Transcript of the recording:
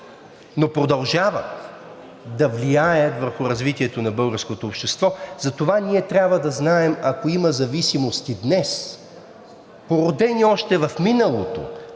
но продължават да влияят върху развитието на българското общество. Затова ние трябва да знаем, ако има зависимости днес, породени още в миналото